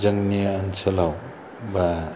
जोंनि ओनसोलाव बा